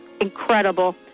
incredible